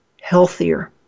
healthier